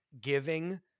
giving